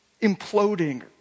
imploding